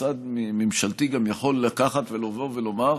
משרד ממשלתי גם יכול לבוא ולומר: